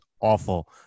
awful